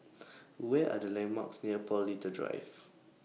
Where Are The landmarks near Paul Little Drive